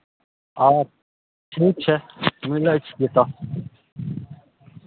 आउ ठीक छै मिलै छियै तऽ